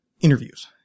interviews